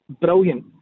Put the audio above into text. Brilliant